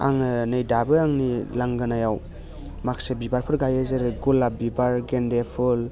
आङो नै दाबो आंनि लांगोनायाव माखासे बिबारफोर गायो जेरै गलाप बिबार गेनदे फुल